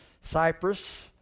Cyprus